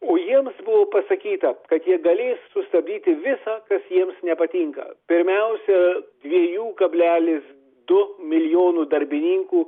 o jiems buvo pasakyta kad jie galės sustabdyti visa kas jiems nepatinka pirmiausia dviejų kablelis du milijono darbininkų